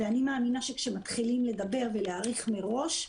ואני מאמינה שכשמתחילים לדבר ולהעריך מראש,